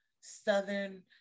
southern